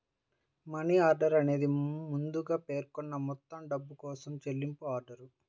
money order అనేది ముందుగా పేర్కొన్న మొత్తం డబ్బు కోసం చెల్లింపు ఆర్డర్